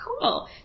cool